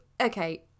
okay